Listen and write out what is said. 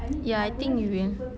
ya I think you will